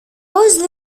πώς